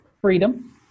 Freedom